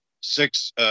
six